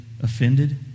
offended